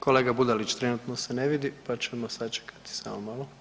Kolega Budalić trenutno se ne vidi, pa ćemo sačekati, samo malo.